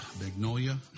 Magnolia